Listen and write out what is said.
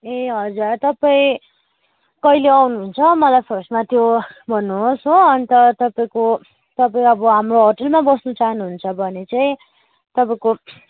ए हजुर तपाईँ कहिले आउनुहुन्छ मलाई फर्स्टमा त्यो भन्नुहोस् हो अन्त तपाईँको तपाईँ अब हाम्रो होटलमा बस्नु चाहनुहुन्छ भने चाहिँ तपाईँको